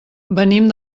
venim